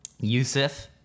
Yusuf